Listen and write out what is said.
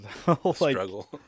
Struggle